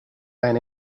iron